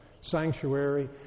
sanctuary